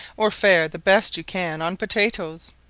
or fare the best you can on potatoes.